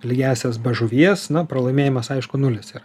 lygiąsias be žuvies na pralaimėjimas aišku nulis yra